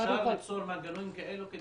אפשר ליצור מנגנונים כאלו?